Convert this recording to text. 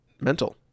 mental